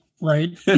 right